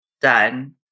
done